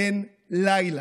אין לילה,